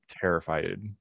terrified